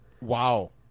Wow